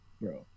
Bro